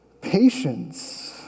Patience